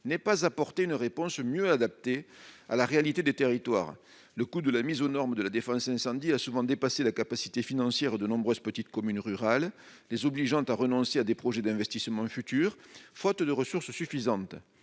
n'ait pas apporté une réponse mieux adaptée à la réalité des territoires. Le coût de la mise aux normes de la défense incendie a souvent dépassé la capacité financière de nombreuses petites communes rurales, les obligeant à renoncer à des projets d'investissement futurs, faute de ressources suffisantes.